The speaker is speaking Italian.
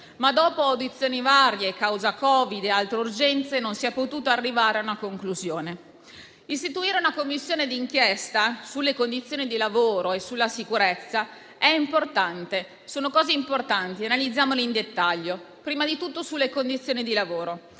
ma dopo audizioni varie, a causa del Covid-19 e di altre urgenze, non si è potuti arrivare a una conclusione. Istituire una Commissione di inchiesta sulle condizioni di lavoro e sulla sicurezza è importante. Si tratta di temi importanti, che voglio analizzare in dettaglio. Prima di tutto si parla delle condizioni di lavoro,